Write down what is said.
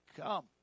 Come